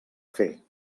fer